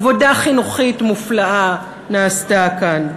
עבודה חינוכית נפלאה נעשתה כאן.